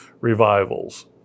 revivals